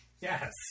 Yes